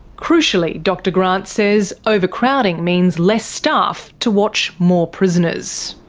crucially, dr grant says overcrowding means less staff to watch more prisoners.